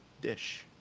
dish